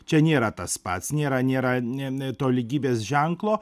čia nėra tas pats nėra nėra n n to lygybės ženklo